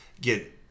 get